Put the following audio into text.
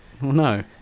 No